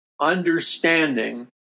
understanding